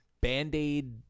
Band-Aid